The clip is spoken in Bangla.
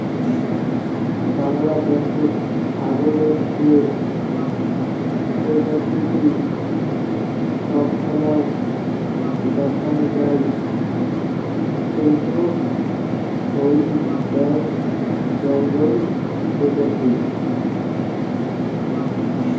বাংলাদ্যাশত ছাগলের যে প্রজাতিটি সবসময় দ্যাখাং যাই সেইটো হইল ব্ল্যাক বেঙ্গল প্রজাতি